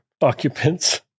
occupants